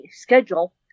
schedule